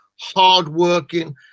hardworking